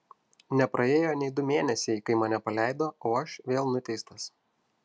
nepraėjo nei du mėnesiai kai mane paleido o aš vėl nuteistas